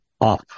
off